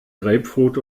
grapefruit